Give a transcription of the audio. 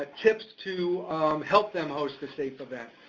ah tips to help them host a safe event.